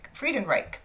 Friedenreich